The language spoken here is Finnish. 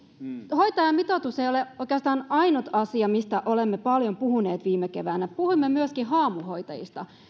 hoitajamitoitus ei ole oikeastaan ainut asia mistä olemme paljon puhuneet viime keväänä puhuimme myöskin haamuhoitajista